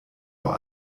vor